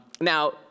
Now